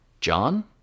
John